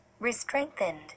restrengthened